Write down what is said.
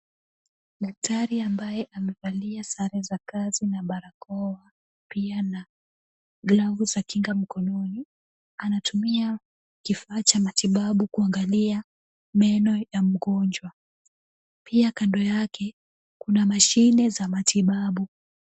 Daktari ambaye amevalia sare za kazi na barakoa pia na glavu za kinga mkononi. Anatumia kifaa cha matibabu kuangalia meno ya mgonjwa. Pia kando yake kuna mashine za matibabu.